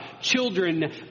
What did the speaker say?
Children